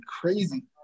crazy